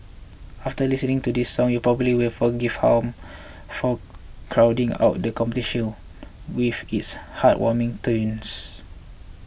after listening to this song you probably will forgive Home for crowding out the competition with its heartwarming tunes